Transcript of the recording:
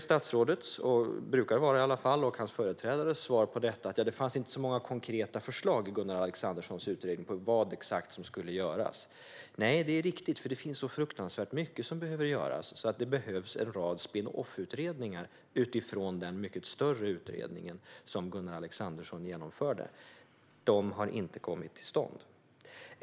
Statsrådets och hans företrädares svar på detta brukar vara att det inte fanns så många konkreta förslag i Gunnar Alexanderssons utredning på exakt vad som skulle göras. Nej, det är riktigt, för det finns så fruktansvärt mycket som behöver göras att det behövs en rad spin off-utredningar utifrån den mycket större utredning som Gunnar Alexandersson genomförde. Några sådana har inte kommit till stånd.